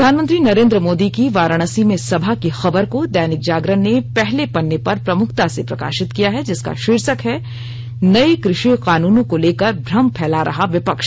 प्रधानमंत्री नरेंद्र मोदी की वाराणसी में सभा की खबर को दैनिक जागरण ने पहले पन्ने पर प्रमुखता से प्रकाशित किया है जिसका भाीर्शक है नए कृशि कानूनों को लेकर भ्रम फैला रहा विपक्ष